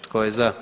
Tko je za?